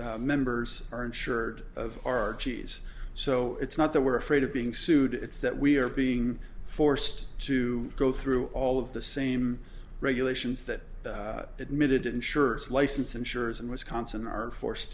members are insured of our g s so it's not that we're afraid of being sued it's that we're being forced to go through all of the same regulations that admitted insurance license insurers in wisconsin are forced